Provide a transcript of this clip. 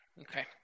Okay